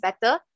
better